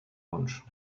wunsch